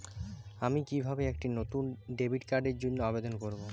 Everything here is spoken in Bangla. আমি কিভাবে একটি নতুন ডেবিট কার্ডের জন্য আবেদন করব?